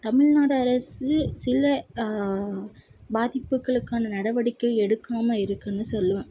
தமிழ்நாடு அரசு சில பாதிப்புகளுக்கான நடவடிக்கை எடுக்காமல் இருக்குன்னு சொல்லுவேன்